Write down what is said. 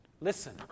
Listen